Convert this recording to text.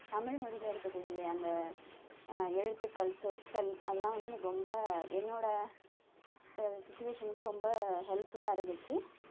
தமிழ் மொழியில் இருக்கக்கூடிய அந்த எழுத்துக்கள் சொற்கள் அதெல்லாம் வந்து எனக்கு ரொம்ப என்னோடய சிச்சுவேஷனுக்கு ரொம்ப ஹெல்ப்ஃபுல்லாக இருந்துச்சு